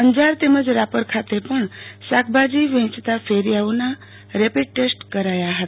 અંજાર તેમજ રાપર ખાતે પણ શાકભાજી વેંચતા ફેરિયાઓના રેપીડ ટેસ્ટ કરાયા હતા